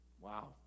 Wow